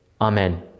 Amen